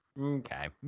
Okay